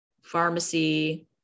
pharmacy